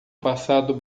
passado